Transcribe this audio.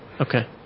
Okay